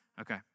Okay